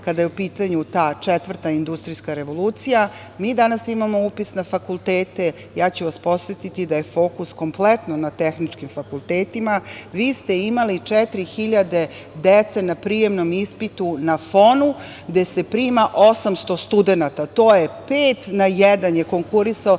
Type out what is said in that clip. kada je u pitanju ta četvrta industrijska revolucija. Mi danas imamo upis na fakultete. Ja ću vas podsetiti da je fokus kompletno na tehničkim fakultetima. Vi ste imali 4.000 dece na prijemnom ispitu, na FON-u, gde se prima 800 studenata. Pet na jedan je konkurisao